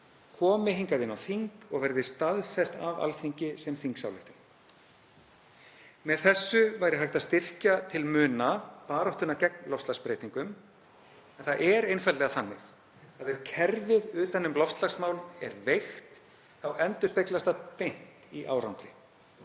komi hingað inn á þing og verði staðfest af Alþingi sem þingsályktun. Með þessu væri hægt að styrkja til muna baráttuna gegn loftslagsbreytingum, en það er einfaldlega þannig að ef kerfið utan um loftslagsmál er veikt þá endurspeglast það beint í árangri.